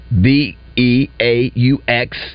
B-E-A-U-X